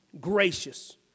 Gracious